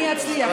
אני אצליח.